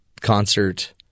concert